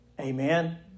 amen